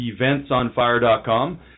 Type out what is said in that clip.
eventsonfire.com